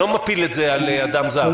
אני לא מפיל את זה על עובד זר.